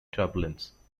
turbulence